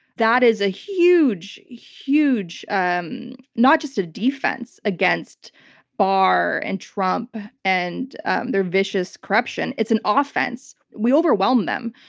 that is a huge, huge, um not just a defense against barr and trump and and their vicious corruption, it's an offense. we overwhelm them.